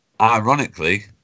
Ironically